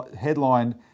headlined